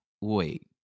wait